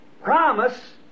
Promise